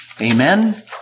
Amen